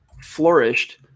flourished